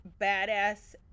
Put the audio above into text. badass